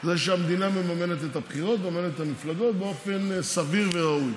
היא שהמדינה מממנת את הבחירות ומממנת את המפלגות באופן סביר וראוי.